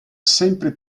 sempre